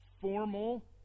formal